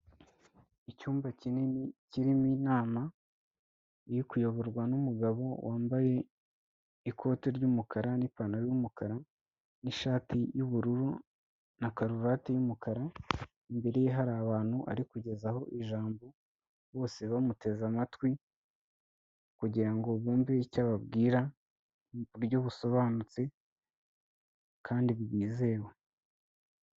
Icyumba kinini kirimo inama iri kuyoborwa n'umugabo wambaye ikote ry'umukara, n'ipantaro y'umukara, n'ishati y'ubururu, na karuvati y'umukara, imbereye hari abantu ari kugezaho ijambo, bose bamuteze amatwi kugirango bumve icyo ababwira mu buryo busobanutse kandi bwizewe.